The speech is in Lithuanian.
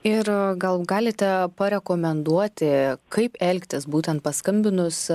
ir gal galite parekomenduoti kaip elgtis būtent paskambinus